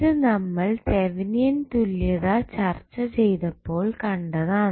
ഇത് നമ്മൾ തെവനിയൻ തുല്യത ചർച്ച ചെയ്തപ്പോൾ കണ്ടതാണ്